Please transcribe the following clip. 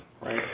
right